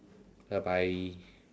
bye bye